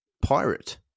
Pirate